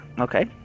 Okay